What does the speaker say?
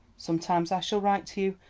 sometimes i shall write to you,